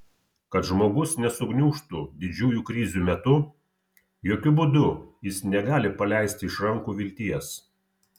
kad žmogus nesugniužtų didžiųjų krizių metu jokiu būdu jis negali paleisti iš rankų vilties